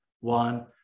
one